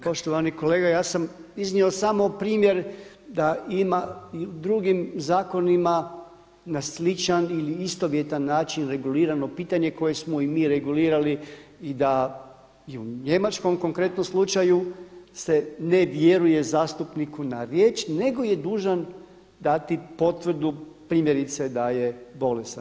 Poštovani kolega, ja sam iznio samo primjer da ima i u drugim zakonima na sličan ili istovjetan način regulirano pitanje koje smo i mi regulirali i da je u njemačkom konkretnom slučaju se ne vjeruje zastupniku na riječ nego je dužan dati potvrdu primjerice da je bolestan.